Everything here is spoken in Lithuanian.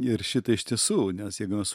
ir šitą iš tiesų nes jeigu mes